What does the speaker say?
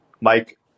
Mike